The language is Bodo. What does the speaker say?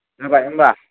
जाबाय होनबा